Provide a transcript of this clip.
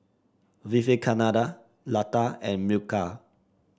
Vivekananda Lata and Milkha